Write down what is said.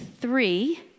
three